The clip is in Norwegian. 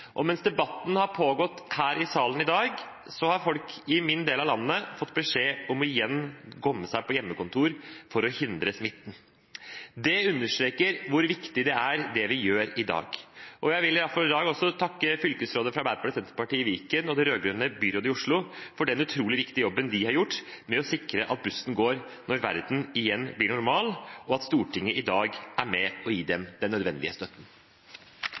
Mens debatten har pågått i salen i dag, har folk i min del av landet fått beskjed om igjen å komme seg på hjemmekontor for å hindre smitten. Det understreker hvor viktig det er, det vi gjør i dag. Jeg vil i dag takke fylkesrådet med Arbeiderpartiet og Senterpartiet i Viken og det rød-grønne byrådet i Oslo for den utrolig viktige jobben de har gjort med å sikre at bussen går når verden igjen blir normal, og for at Stortinget i dag er med og gir dem den nødvendige støtten.